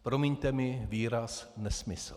Promiňte mi výraz nesmysl.